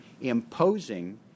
imposing